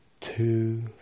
two